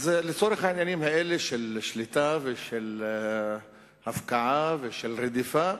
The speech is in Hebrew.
לצורך העניינים האלה של שליטה ושל הפקעה ושל רדיפה,